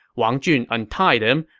wang jun untied him,